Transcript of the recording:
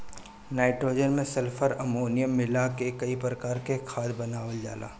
nitrogen में sulphur, ammonium मिला के कई प्रकार से खाद बनावल जाला